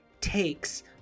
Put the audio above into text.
takes